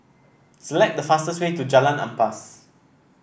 select the fastest way to Jalan Ampas